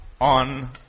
on